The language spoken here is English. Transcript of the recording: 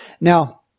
Now